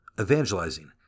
Evangelizing